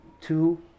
two